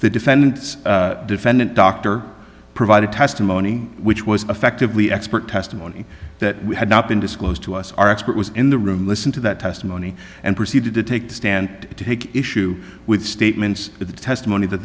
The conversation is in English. the defendant's defendant dr provided testimony which was effectively expert testimony that we had not been disclosed to us our expert was in the room listen to that testimony and proceeded to take the stand to take issue with statements of the testimony that